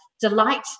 delight